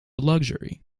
luxury